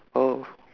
oh